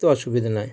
তো অসুবিধা নয়